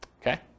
Okay